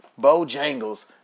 Bojangles